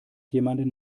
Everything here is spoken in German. jemanden